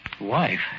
Wife